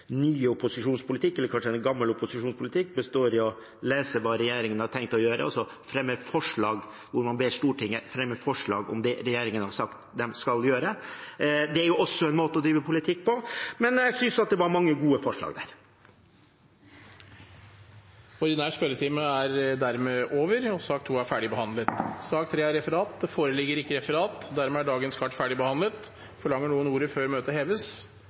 opposisjonspolitikk – eller kanskje en gammel opposisjonspolitikk – består i å lese hva regjeringen har tenkt å gjøre og fremme forslag hvor man ber Stortinget fremme forslag om det regjeringen har sagt de skal gjøre. Det er også en måte å drive politikk på. Men jeg synes det var mange gode forslag. Den ordinære spørretimen er dermed omme. Det foreligger ikke noe referat. Dermed er dagens kart ferdigbehandlet. Forlanger noen ordet før møtet heves?